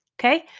Okay